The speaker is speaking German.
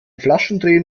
flaschendrehen